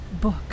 book